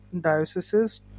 dioceses